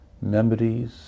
Memories